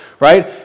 right